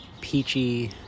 peachy